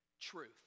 truth